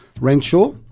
Renshaw